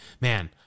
man